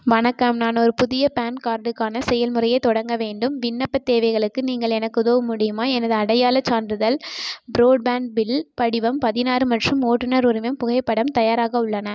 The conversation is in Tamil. வணக்கம் நான் ஒரு புதிய பான் கார்டுக்கான செயல்முறையைத் தொடங்க வேண்டும் விண்ணப்பத் தேவைகளுக்கு நீங்கள் எனக்கு உதவ முடியுமா எனது அடையாளச் சான்றிதழ் பிரோட்பேண்ட் பில் படிவம் பதினாறு மற்றும் ஓட்டுநர் உரிமம் புகைப்படம் தயாராக உள்ளன